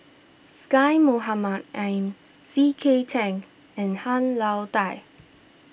Syed Mohamed Ahmed C K Tang and Han Lao Da